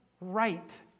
right